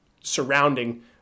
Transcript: surrounding